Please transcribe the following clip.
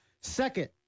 second